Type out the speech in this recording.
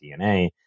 DNA